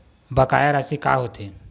बकाया राशि का होथे?